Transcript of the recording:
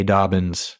Dobbins